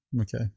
Okay